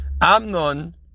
Amnon